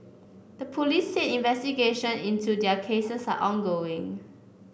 the police said investigation into their cases are ongoing